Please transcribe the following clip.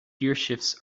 gearshifts